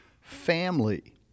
family